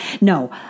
No